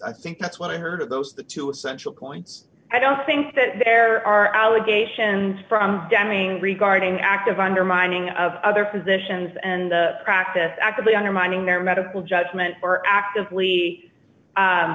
i think that's what i heard of those the two essential points i don't think that there are allegations from deming regarding active undermining of other physicians and the practice actively undermining their medical judgment or actively